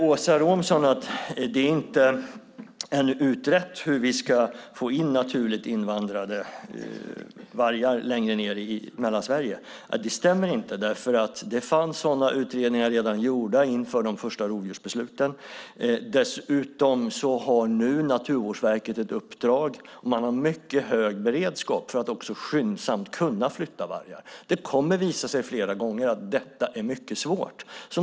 Åsa Romson säger att det ännu inte är utrett hur vi ska få in naturligt invandrade vargar längre ned i Mellansverige. Det stämmer inte, för det fanns redan sådana utredningar gjorda inför de första rovdjursbesluten. Dessutom har nu Naturvårdsverket ett uppdrag, och man har mycket hög beredskap för att också skyndsamt kunna flytta vargar. Det kommer flera gånger att visa sig att detta är mycket svårt.